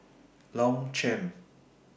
Longchamp